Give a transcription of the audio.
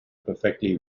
perfectly